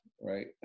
right